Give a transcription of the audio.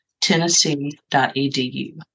tennessee.edu